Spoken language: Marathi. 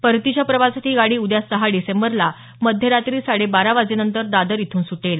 परतीच्या प्रवासात ही गाडी उद्या सहा डिसेंबरला मध्यरात्री साडे बारा वाजेनंतर दादर इथून सुटेल